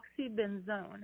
oxybenzone